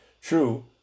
True